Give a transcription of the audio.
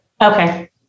Okay